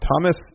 Thomas